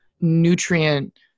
nutrient